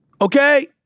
okay